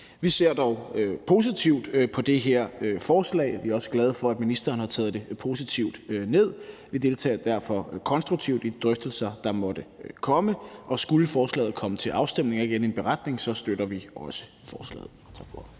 Vi ser dog positivt på det her forslag, og vi er også glade for, at ministeren har taget det positivt ned. Vi deltager derfor konstruktivt i de drøftelser, der måtte komme, og skulle forslaget komme til afstemning og ikke ende i en beretning, støtter vi også forslaget.